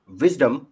wisdom